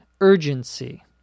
Urgency